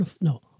no